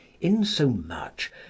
insomuch